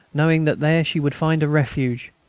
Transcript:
knowing that there she would find a refuge.